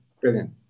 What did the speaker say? Brilliant